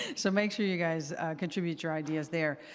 so make sure you guys contribute you ideas there.